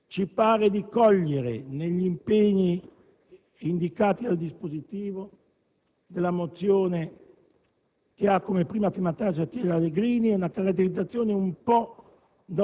ci pare di cogliere negli impegni indicati dal dispositivo della mozione che ha come prima firmataria la senatrice Allegrini una caratterizzazione un po'